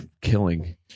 killing